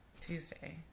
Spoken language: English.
Tuesday